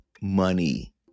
money